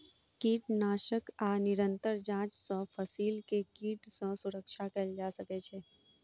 कीटनाशक आ निरंतर जांच सॅ फसिल के कीट सॅ सुरक्षा कयल जा सकै छै